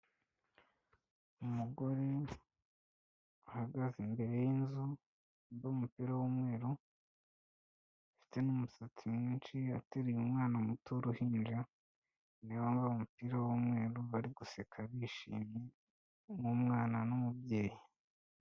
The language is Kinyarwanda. Umugore uhagaze imbere yinzu wambaye umupira w'umweru afite n'umusatsi mwinshi ateruye umwana muto w'uruhinja nawe wambaye umupira w'umweru bari guseka bishimye nk'umwana n'umubyeyi.